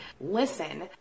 listen